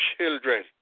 children